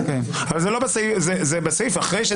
בהמשך למה